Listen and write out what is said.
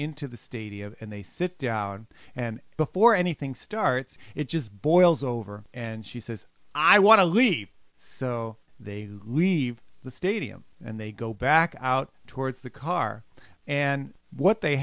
into the stadium and they sit down and before anything starts it just boils over and she says i want to leave so they leave the stadium and they go back out towards the car and what they